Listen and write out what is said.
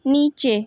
नीचे